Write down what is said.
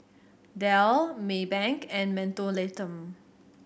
Dell Maybank and Mentholatum